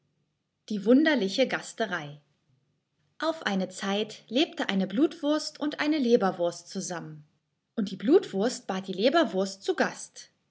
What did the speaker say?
die wunderliche gasterei auf eine zeit lebte eine blutwurst und eine leberwurst zusammen und die blutwurst bat die leberwurst zu gast